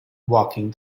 walking